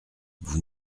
vous